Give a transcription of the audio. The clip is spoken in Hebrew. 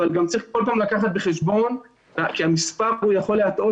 אבל גם צריך כל פעם לקחת בחשבון כי המספר פה יכול להטעות